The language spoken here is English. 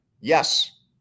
Yes